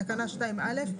בתקנה 2(א),